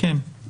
הזה